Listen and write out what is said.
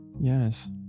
Yes